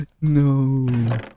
No